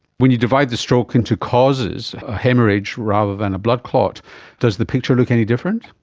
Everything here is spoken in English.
when you divide the stroke into causes haemorrhage rather than a blood clot does the picture look any different?